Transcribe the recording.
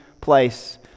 place